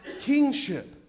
kingship